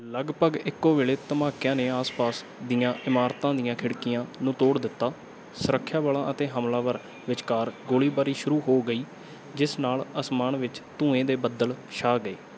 ਲੱਗਭਗ ਇੱਕੋ ਵੇਲੇ ਧਮਾਕਿਆਂ ਨੇ ਆਸ ਪਾਸ ਦੀਆਂ ਇਮਾਰਤਾਂ ਦੀਆਂ ਖਿੜਕੀਆਂ ਨੂੰ ਤੋੜ ਦਿੱਤਾ ਸੁਰੱਖਿਆ ਬਲਾਂ ਅਤੇ ਹਮਲਾਵਰ ਵਿਚਕਾਰ ਗੋਲੀਬਾਰੀ ਸ਼ੁਰੂ ਹੋ ਗਈ ਜਿਸ ਨਾਲ ਅਸਮਾਨ ਵਿੱਚ ਧੂੰਏਂ ਦੇ ਬੱਦਲ ਛਾ ਗਏ